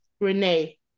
Renee